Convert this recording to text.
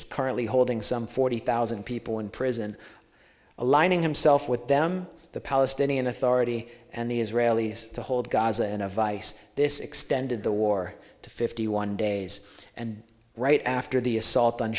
is currently holding some forty thousand people in prison aligning himself with them the palestinian authority and the israelis to hold gaza in a vise this extended the war to fifty one days and right after the assault on